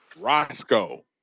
Roscoe